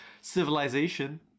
civilization